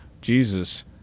Jesus